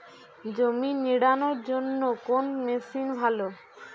জমি নিড়ানোর জন্য কোন মেশিন ভালো?